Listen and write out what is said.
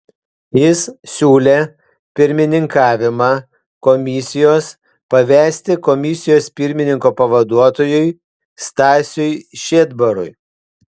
jis siūlė pirmininkavimą komisijos pavesti komisijos pirmininko pavaduotojui stasiui šedbarui